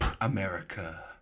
America